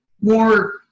more